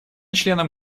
членам